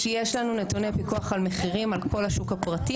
כי יש לנו נתוני פיקוח על מחירים על כל השוק הפרטי.